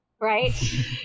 right